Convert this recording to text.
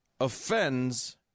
offends